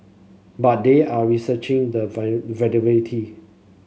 but they are researching the viability